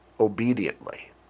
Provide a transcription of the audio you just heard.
obediently